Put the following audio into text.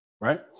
Right